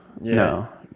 No